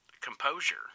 composure